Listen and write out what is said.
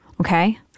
okay